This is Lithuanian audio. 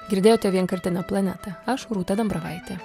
girdėjote vienkartinę planetą aš rūta dambravaitė